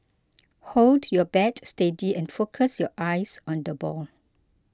hold your bat steady and focus your eyes on the ball